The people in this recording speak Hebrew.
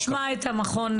בוא רק נשמע את המכון,